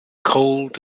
cold